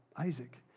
Isaac